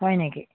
হয় নেকি